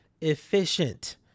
efficient